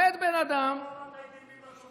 למה לא אמרת, הייתי מביא מצופים.